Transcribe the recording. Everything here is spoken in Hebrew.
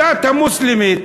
הדת המוסלמית,